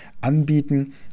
anbieten